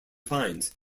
fines